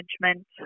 Management